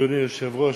אדוני היושב-ראש,